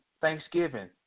Thanksgiving